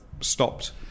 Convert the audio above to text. stopped